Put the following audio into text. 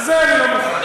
לזה אני לא מוכן.